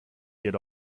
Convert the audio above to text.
get